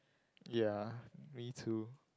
ya me too